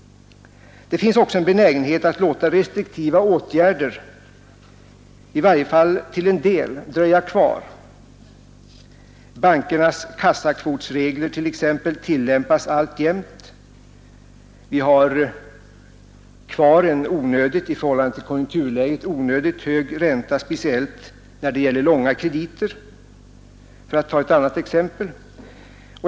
Det finns också en benägenhet att låta restriktiva åtgärder i varje fall till en del dröja kvar. Bankernas kassakvotsregler t.ex. tillämpas alltjämt. Vi har kvar en i förhållande till konjunkturläget onödigt hög ränta, speciellt när det gäller långa krediter, för att ta ett annat exempel.